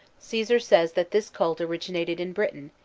caesar says that this cult originated in britain,